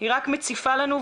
היא רק מציפה לנו,